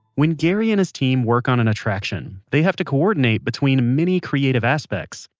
when gary and his team work on an attraction, they have to coordinate between many creative aspects.